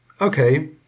okay